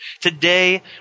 Today